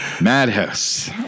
Madhouse